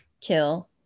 kill